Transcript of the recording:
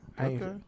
Okay